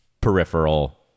peripheral